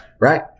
right